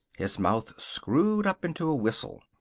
his mouth screwed up into a whistle.